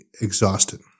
exhausted